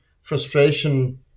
frustration